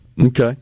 Okay